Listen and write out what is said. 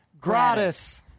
Gratis